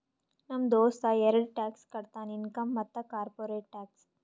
ನಮ್ ದೋಸ್ತ ಎರಡ ಟ್ಯಾಕ್ಸ್ ಕಟ್ತಾನ್ ಇನ್ಕಮ್ ಮತ್ತ ಕಾರ್ಪೊರೇಟ್ ಟ್ಯಾಕ್ಸ್